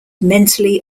mentally